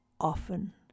often